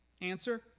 Answer